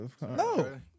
No